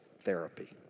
therapy